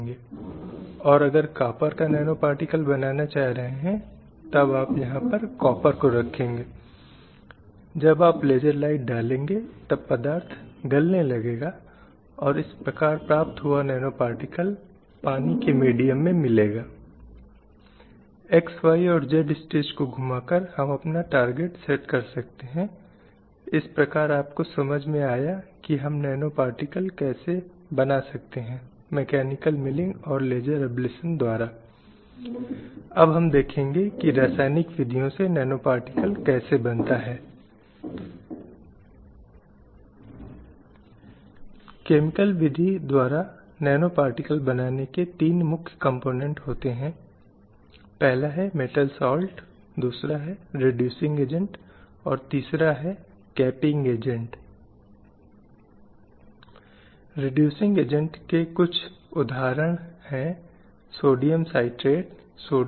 इसलिए यह है कि कहीं न कहीं मिथक लोगों के समाज के दिमाग पर छाने में एक लंबा रास्ता तय करते हैं यह मानने के लिए कि अंतर मौजूद है जहाँ अंतर मौजूद नहीं है भौतिक अंतर के सिवाए लेकिन समाज हमें यह विश्वास दिलाता है कि वहां व्यवहार में रवैये में भूमिकाओं में मूल्यों में पुरुषों और एक महिला के बीच अंतर मौजूद होता है जिसके कारण व्यक्ति को एक निश्चित प्रकार के व्यवहार के अनुरूप होना चाहिए जबकि दूसरे को किसी अन्य प्रकार के व्यवहार के अनुरूप होना चाहिए